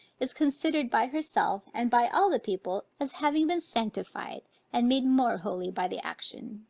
is considered by herself, and by all the people, as having been sanctified and made more holy by the action.